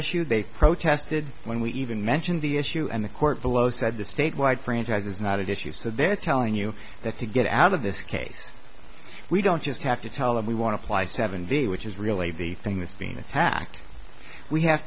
issue they protested when we even mentioned the issue and the court below said the state wide franchise is not at issue so they're telling you that to get out of this case we don't just have to tell him we want to ply seven d which is really the thing that's being attacked we have